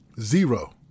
Zero